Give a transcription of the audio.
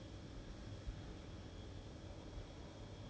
现在 also like very very uncertain leh because